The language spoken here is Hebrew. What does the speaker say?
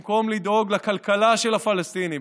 במקום לדאוג לכלכלה של הפלסטינים,